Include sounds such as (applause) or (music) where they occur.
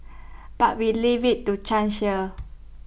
but we leave IT to chance here (noise)